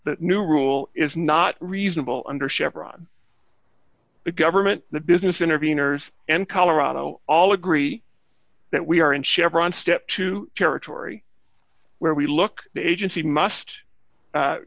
the new rule is not reasonable under chevron the government the business interveners and colorado all agree that we are in chevron step to territory where we look the agency must